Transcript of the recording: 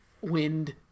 wind